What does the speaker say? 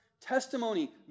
testimony